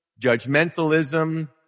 judgmentalism